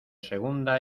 segunda